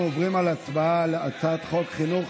אנחנו עוברים להצבעה על הצעת חוק חינוך